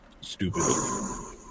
Stupid